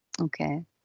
Okay